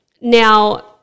Now